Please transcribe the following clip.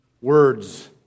words